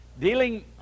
dealing